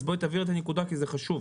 אז בואי תבהירי את הנקודה כי זה חשוב.